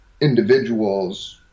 individuals